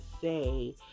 say